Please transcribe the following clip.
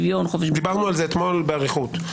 דיברנו על זה אתמול באריכות.